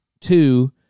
Two